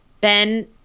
Ben